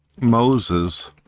Moses